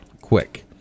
quick